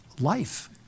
life